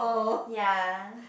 ya